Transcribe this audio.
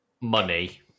money